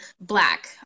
black